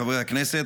חברי הכנסת,